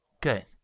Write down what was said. Good